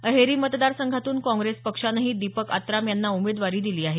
अहेरी मतदार संघातून काँग्रेस पक्षानेही दीपक आत्राम यांना उमेदवारी दिलेली आहे